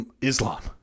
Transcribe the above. Islam